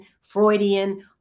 Freudian